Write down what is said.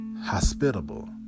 hospitable